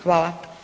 Hvala.